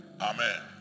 Amen